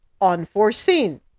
unforeseen